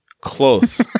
Close